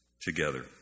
together